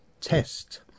test